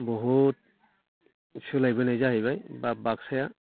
बहुद सोलायबोनाय जाहैबाय एबा बाक्साया